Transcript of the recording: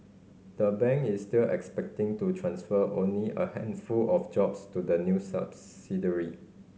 the bank is still expecting to transfer only a handful of jobs to the new subsidiary